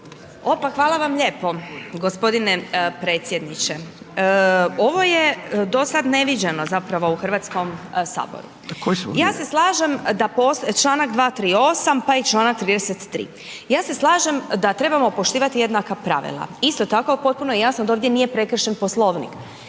O pa hvala vam lijepo gospodine predsjedniče. Ovo je do sada neviđeno zapravo u Hrvatskom saboru. Ja se slažem, članak 238. pa i članak 33. Ja se slažem da trebamo poštivati jednaka pravila, isto tako, potpuno je jasno da ovdje nije prekršen poslovnik.